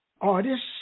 artists